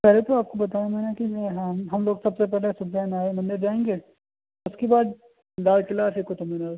پہلے تو آپ کو بتاؤں میں نے کہ ہم ہم لوگ سب سے پہلے ستیہ نارائن مندر جائیں گے اُس کے بعد لال قلعہ سے قطب مینار